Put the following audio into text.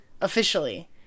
Officially